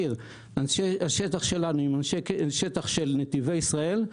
אנשי השטח שלנו בקשר ישיר עם אנשי השטח של נתיבי ישראל.